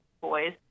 Boys